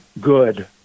good